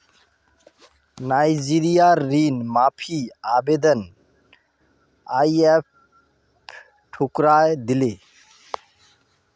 नाइजीरियार ऋण माफी आवेदन आईएमएफ ठुकरइ दिले